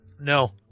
No